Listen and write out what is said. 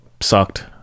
sucked